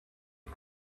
are